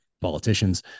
politicians